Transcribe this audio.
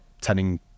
tending